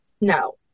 No